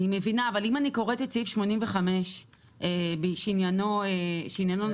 אני מבינה אבל אני קוראת את סעיף 85 שעניינו נושא חדש.